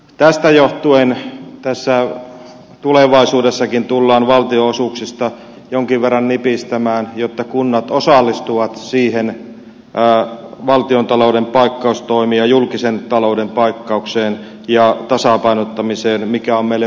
tästä johtuen tulevaisuudessakin tullaan valtionosuuksista jonkin verran nipistämään jotta kunnat osallistuvat valtiontalouden paikkaustoimiin ja julkisen talouden paikkaukseen ja tasapainottamiseen mikä on meille välttämätöntä